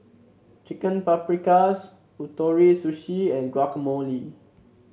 Chicken Paprikas Ootoro Sushi and Guacamole